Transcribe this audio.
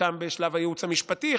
חלקם בשלב הייעוץ המשפטי,